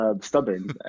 stubborn